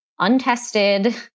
untested